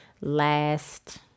last